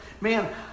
man